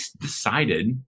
decided